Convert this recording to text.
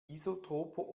isotroper